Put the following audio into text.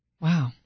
Wow